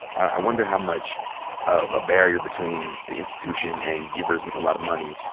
i wonder how much of a barrier between the institution and givers with a lot of money,